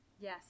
Yes